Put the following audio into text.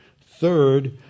Third